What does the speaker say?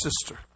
sister